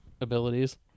abilities